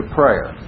prayer